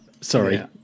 Sorry